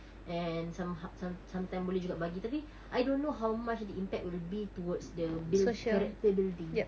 and some ho~ some~ sometime boleh juga bagi tapi I don't know how much the impact will be towards the buil~ character building